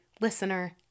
listener